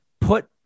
put